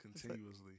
continuously